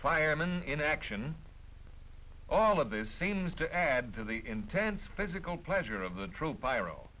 firemen in action all of this seems to add to the intense physical pleasure of the true pyro